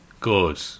Good